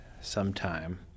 sometime